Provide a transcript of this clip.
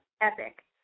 epic